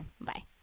Bye